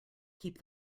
keep